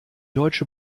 deutsche